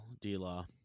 D-Law